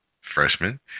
freshman